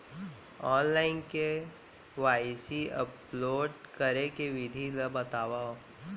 Online KYC upload करे के विधि ला बतावव?